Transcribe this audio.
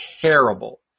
terrible